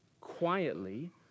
quietly